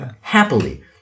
happily